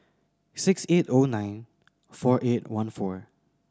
six eight O nine four eight one four